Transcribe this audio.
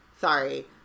Sorry